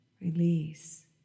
release